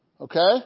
Okay